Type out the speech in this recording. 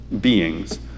beings